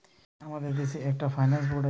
আমাদের দেশে একটা ফাইন্যান্স বোর্ড আছে